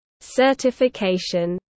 Certification